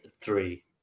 three